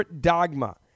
dogma